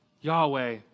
Yahweh